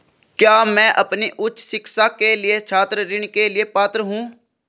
क्या मैं अपनी उच्च शिक्षा के लिए छात्र ऋण के लिए पात्र हूँ?